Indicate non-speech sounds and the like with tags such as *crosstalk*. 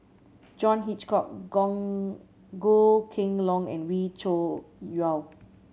John Hitchcock *unintelligible* Goh Kheng Long and Wee Cho Yaw